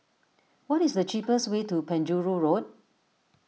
what is the cheapest way to Penjuru Road